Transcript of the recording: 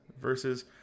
versus